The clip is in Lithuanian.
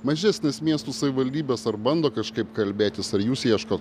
mažesnės miestų savivaldybės ar bando kažkaip kalbėtis ar jūs ieškot